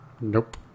Nope